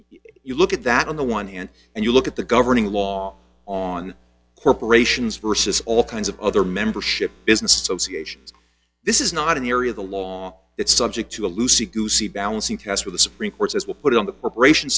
you look at that on the one hand and you look at the governing law on corporations versus all kinds of other membership business associations this is not in the area of the law it's subject to a loosely goosey balancing test with the supreme court's as we put it on the preparation